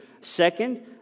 Second